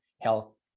Health